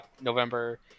November